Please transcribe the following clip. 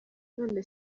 none